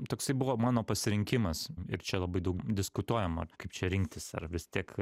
toksai buvo mano pasirinkimas ir čia labai daug diskutuojama kaip čia rinktis ar vis tiek